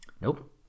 Nope